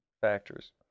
factors